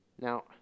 Now